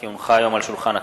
כי הונחה היום על שולחן הכנסת,